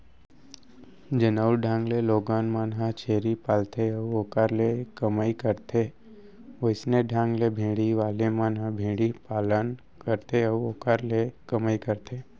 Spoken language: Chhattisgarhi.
जउन ढंग ले लोगन मन ह छेरी पालथे अउ ओखर ले कमई करथे वइसने ढंग ले भेड़ी वाले मन ह भेड़ी पालन करथे अउ ओखरे ले कमई करथे